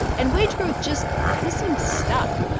and wage growth just kind of seemed stuck.